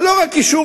לא רק אישור,